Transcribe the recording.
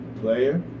player